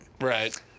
right